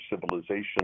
Civilization